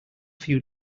few